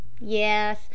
Yes